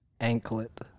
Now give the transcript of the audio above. anklet